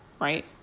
Right